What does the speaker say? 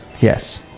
Yes